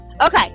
okay